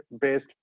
based